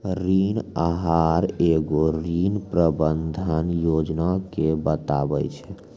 ऋण आहार एगो ऋण प्रबंधन योजना के बताबै छै